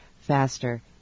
faster